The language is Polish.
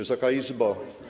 Wysoka Izbo!